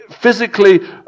physically